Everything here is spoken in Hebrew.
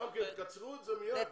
רק אם אפשר אני אשלים